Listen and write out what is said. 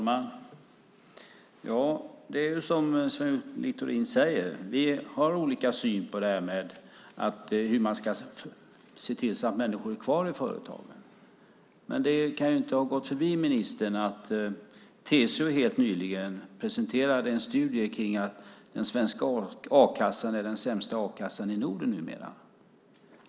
Fru talman! Det är som Sven Otto Littorin säger: Vi har olika syn på hur man ska se till så att människor blir kvar i företagen. Men det kan inte ha gått ministern förbi att TCO helt nyligen presenterade en studie kring att den svenska a-kassan är den sämsta a-kassan i Norden numera.